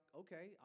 okay